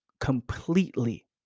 completely